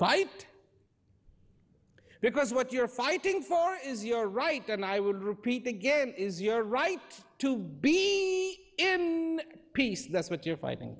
fight because what you're fighting for is your right and i would repeat again is your right to be peace that's what you're fighting